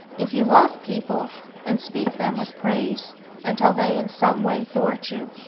if you love people and speak of them with praise until they in some way thwart you,